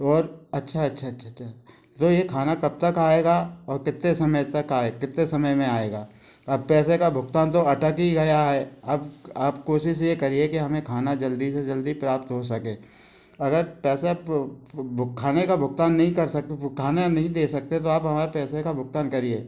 और अच्छा अच्छा अच्छा छा तो यह खाना कब तक आएगा और कितने समय तक आए कितने समय में आएगा पैसे का भुगतान तो अटक ही गया है अब आप कोशिश यह करिए कि हमें खाना जल्दी से जल्दी प्राप्त हो सके अगर पैसे खाने का भुगतान नहीं कर सक खाना नहीं दे सकते तो आप हमारे पैसे का भुगतान करिए